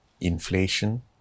inflation